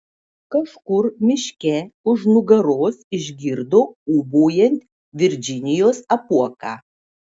kažkur miške už nugaros išgirdo ūbaujant virdžinijos apuoką